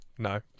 No